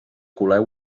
coleu